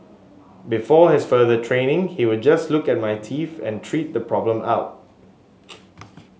before his further training he would just look at my teeth and treat the problem out